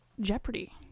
Jeopardy